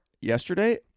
yesterday